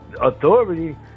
authority